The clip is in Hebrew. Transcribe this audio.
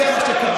זה מה שקרה.